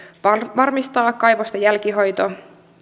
varmistaa kaivosten jälkihoito